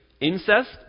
incest